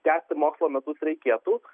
tęsti mokslo metus reikėtų